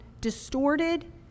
distorted